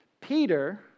Peter